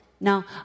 now